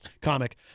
comic